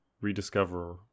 rediscover